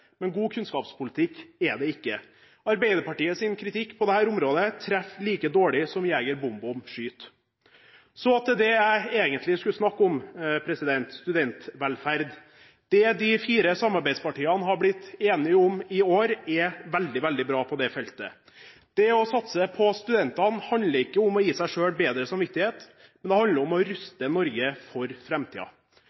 men god kunnskapspolitikk er det ikke. Arbeiderpartiets kritikk på dette området treffer like dårlig som Jeger Bom-Bom skyter. Så til det jeg egentlig skulle snakke om: studentvelferd. Det de fire samarbeidspartiene har blitt enige om i år, er veldig bra på det feltet. Det å satse på studentene handler ikke om å gi seg selv bedre samvittighet, men om å